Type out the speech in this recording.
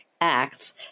Acts